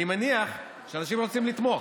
אני מניח שאנשים רוצים לתמוך,